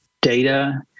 data